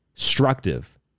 Destructive